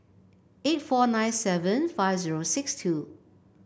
eight four nine seven five zero six two